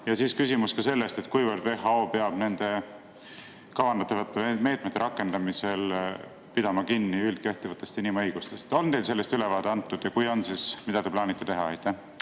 Ja küsimus on ka selles, kuivõrd WHO peab nende kavandatavate meetmete rakendamisel pidama kinni üldkehtivatest inimõigustest. On teile sellest ülevaade antud ja kui on, siis mida te plaanite teha?